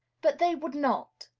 but they would not.